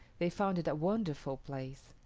they found it a wonderful place.